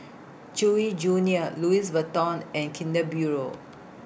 Chewy Junior Louis Vuitton and Kinder Bueno